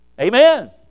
Amen